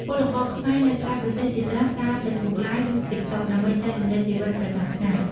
ពលករខ្មែរនៅក្រៅប្រទេសជាច្រើនប្រើ Facebook Live ឬ TikTok ដើម្បីចែករំលែកជីវិតប្រចាំថ្ងៃ។